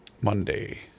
Monday